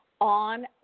on